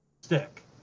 stick